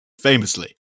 famously